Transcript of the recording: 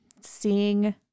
seeing